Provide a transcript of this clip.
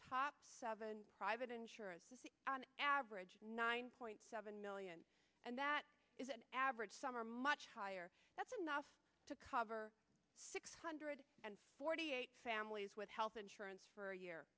top seven private insurers an average nine point seven million and that is an average some are much higher that's enough to cover six hundred and forty eight families with health insurance for a year